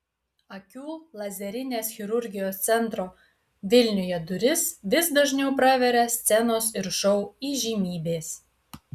akių lazerinės chirurgijos centro vilniuje duris vis dažniau praveria scenos ir šou įžymybės